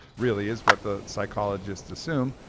really, is what the psychologists assume,